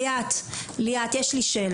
אז הינה, גליה, יש לי שאלה.